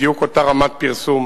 בדיוק אותה רמת פרסום